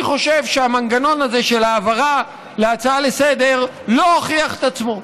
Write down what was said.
אני חושב שהמנגנון הזה של העברה כהצעה לסדר-היום לא הוכיח את עצמו,